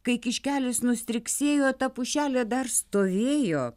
kai kiškelis nustriksėjo ta pušelė dar stovėjo